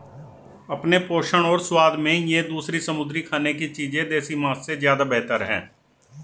अपने पोषण और स्वाद में ये दूसरी समुद्री खाने की चीजें देसी मांस से ज्यादा बेहतर है